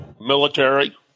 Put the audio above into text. military